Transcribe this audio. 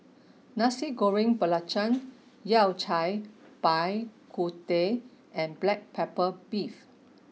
Nasi Goreng Belacan Yao Cai Bak Kut Teh and Black Pepper Beef